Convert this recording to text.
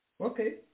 Okay